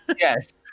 yes